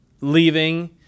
leaving